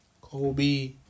Kobe